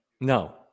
No